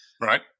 Right